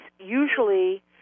usually